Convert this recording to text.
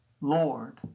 Lord